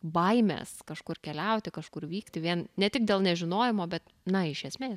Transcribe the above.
baimės kažkur keliauti kažkur vykti vien ne tik dėl nežinojimo bet na iš esmės